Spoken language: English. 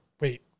wait